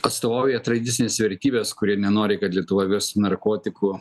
atstovauja tradicines vertybes kurie nenori kad lietuva virstų narkotikų